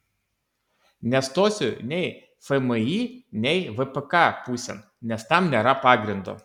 nestosiu nei fmį nei vpk pusėn nes tam nėra pagrindo